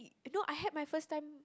you know I had my first time